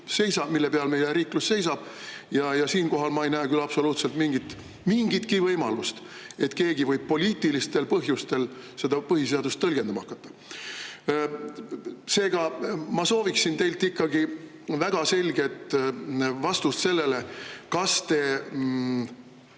tugisammas, mille peal meie riiklus seisab, ja siinkohal ma ei näe küll absoluutselt mingitki võimalust, et keegi võiks poliitilistel põhjustel põhiseadust tõlgendama hakata. Seega, ma sooviksin teilt saada ikkagi väga selget vastust sellele: kas te